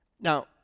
now